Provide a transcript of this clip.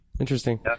Interesting